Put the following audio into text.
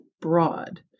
broad